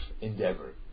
endeavor